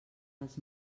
els